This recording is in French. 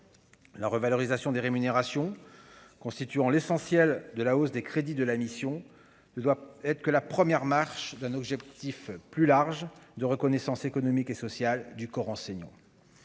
La revalorisation des rémunérations, qui constitue l'essentiel de la hausse des crédits de la mission, ne doit être que le premier pas vers un objectif plus large de reconnaissance économique et sociale du corps enseignant.